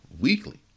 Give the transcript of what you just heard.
weekly